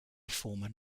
former